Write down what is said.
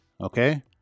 Okay